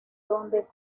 donde